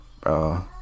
bro